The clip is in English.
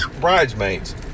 Bridesmaids